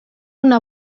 una